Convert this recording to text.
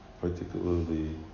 particularly